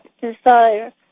desire